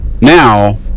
Now